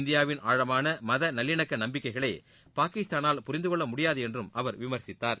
இந்தியாவின் ஆழமான மத நல்லிணக்க நம்பிக்கைகளை பாகிஸ்தானால் புரிந்தகொள்ள முடியாது என்றும் அவர் விமர்சித்தார்